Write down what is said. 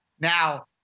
Now